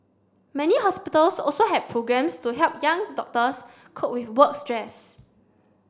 many hospitals also have programmes to help young doctors cope with work stress